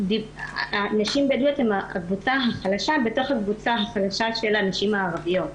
נשים בדואיות הן הקבוצה החלשה בתוך הקבוצה החלשה של הנשים הערביות,